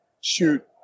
shoot